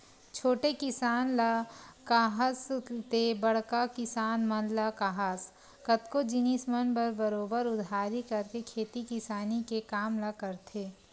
छोटे किसान ल काहस ते बड़का किसान मन ल काहस कतको जिनिस मन म बरोबर उधारी करके खेती किसानी के काम ल करथे